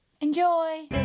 enjoy